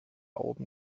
oben